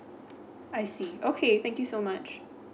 I see okay thank you so much